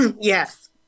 Yes